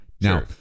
Now